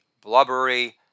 blubbery